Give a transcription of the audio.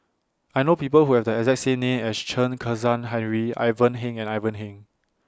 I know People Who Have The exact same name as Chen Kezhan Henri Ivan Heng and Ivan Heng